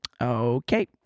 okay